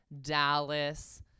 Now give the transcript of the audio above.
Dallas